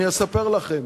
אני אספר לכם